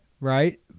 right